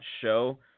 show